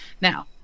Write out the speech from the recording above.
Now